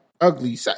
ugly